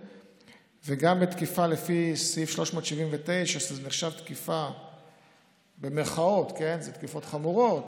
וגם בתקיפה לפי סעיף 379. זה נחשב "תקיפה" אלו תקיפות חמורות,